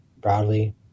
broadly